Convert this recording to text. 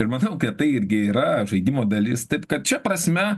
ir matau kad tai irgi yra žaidimo dalis taip kad šia prasme